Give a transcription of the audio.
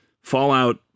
Fallout